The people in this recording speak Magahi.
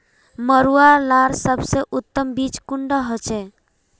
मरुआ लार सबसे उत्तम बीज कुंडा होचए?